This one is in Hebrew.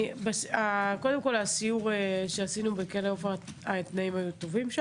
קודם כול בסיור שעשינו בכלא עופר ראינו שהתנאים שם טובים,